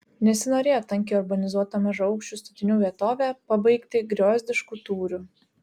nesinorėjo tankiai urbanizuotą mažaaukščių statinių vietovę pabaigti griozdišku tūriu